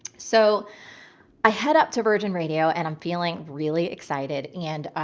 so i head up to virgin radio and i'm feeling really excited. and,